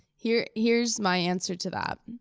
here's here's my answer to that.